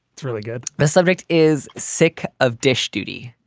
it's really good. the subject is sick of dish duty.